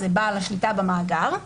זה בעל השליטה במאגר.